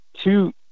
two